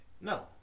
No